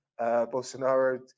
bolsonaro